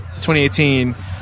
2018